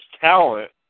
talent